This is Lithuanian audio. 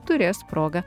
turės progą